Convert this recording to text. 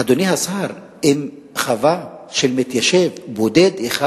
אדוני השר, אם חווה של מתיישב בודד אחד